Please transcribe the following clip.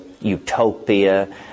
utopia